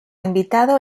invitado